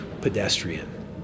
pedestrian